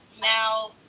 now